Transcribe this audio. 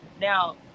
Now